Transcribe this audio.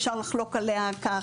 אפשר לחלוק עליה כך,